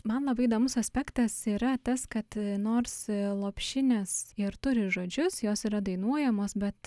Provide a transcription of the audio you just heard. man labai įdomus aspektas yra tas kad nors lopšinės ir turi žodžius jos yra dainuojamos bet